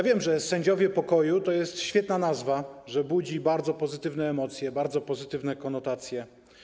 Wiem, że „sędziowie pokoju” to jest świetna nazwa, że budzi bardzo pozytywne emocje, bardzo pozytywne konotacje.